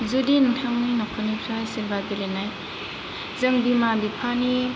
जुदि नोंथांनि न'खरनिफ्राय सोरबा गेलेनाय जों बिमा बिफानि